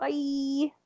Bye